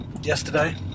yesterday